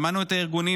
שמענו את הארגונים,